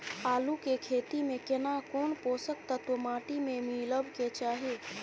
आलू के खेती में केना कोन पोषक तत्व माटी में मिलब के चाही?